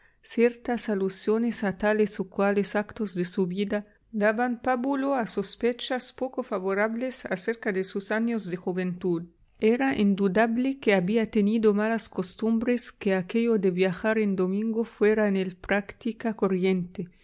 ciertas alusiones a tales o cuales actos de su vida daban pábulo a sospechas poco favorables acerca de sus años de juventud era indudable que había tenido malas costumbres que aquello de viajar en domingo fuera en él práctica corriente